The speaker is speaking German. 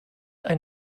ein